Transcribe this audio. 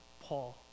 Paul